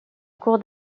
cour